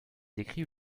écrits